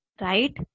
right